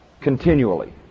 continually